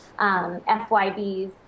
FYBs